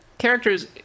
characters